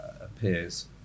appears